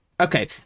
okay